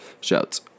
Shouts